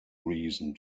reason